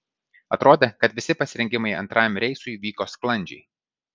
atrodė kad visi pasirengimai antrajam reisui vyko sklandžiai